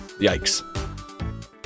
Yikes